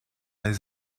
les